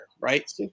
right